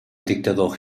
dictador